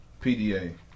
pda